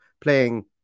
playing